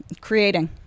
Creating